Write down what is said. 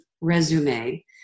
resume